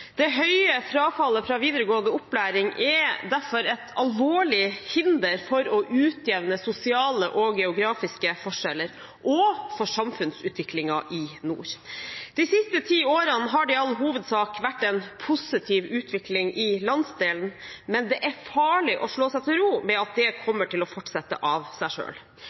Det høye frafallet fra videregående opplæring er derfor et alvorlig hinder både for å utjevne sosiale og geografiske forskjeller og for samfunnsutviklingen i nord. De siste ti årene har det i all hovedsak vært en positiv utvikling i landsdelen, men det er farlig å slå seg til ro med at det kommer til å fortsette av seg